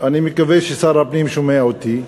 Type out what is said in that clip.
אני מקווה ששר הפנים שומע אותי.